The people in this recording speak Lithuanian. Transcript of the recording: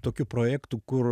tokių projektų kur